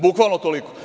Bukvalno toliko.